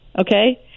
okay